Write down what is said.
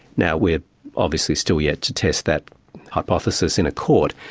now we're obviously still yet to test that hypothesis in a court,